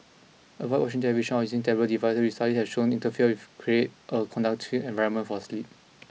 avoid watching television or using tablet devices which studies have shown interfere if create a conductive environment for sleep